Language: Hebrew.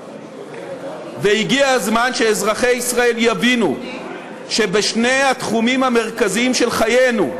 והגיע הזמן שאזרחי ישראל יבינו ששני התחומים המרכזיים של חיינו,